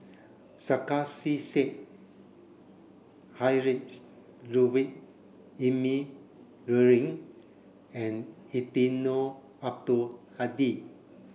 Sarkasi Said Heinrich Ludwig Emil Luering and Eddino Abdul Hadi